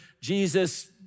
Jesus